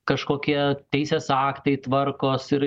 kažkokie teisės aktai tvarkos ir